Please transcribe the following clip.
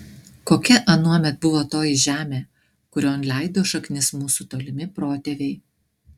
kokia anuomet buvo toji žemė kurion leido šaknis mūsų tolimi protėviai